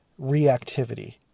reactivity